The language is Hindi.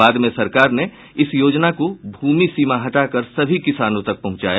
बाद में सरकार ने इस योजना को भूमि सीमा हटाकर सभी किसानों तक पहुंचाया